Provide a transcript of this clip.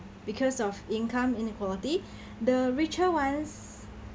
because of income inequality the richer ones